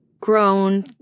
grown